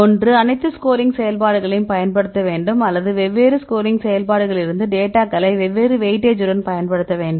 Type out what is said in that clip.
ஒன்று அனைத்து ஸ்கோரிங் செயல்பாடுகளையும் பயன்படுத்த வேண்டும் அல்லது வெவ்வேறு ஸ்கோரிங் செயல்பாடுகளிலிருந்து டேட்டாக்களை வெவ்வேறு வெயிட்டேஜுடன் பயன்படுத்த வேண்டும்